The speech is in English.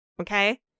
Okay